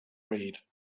read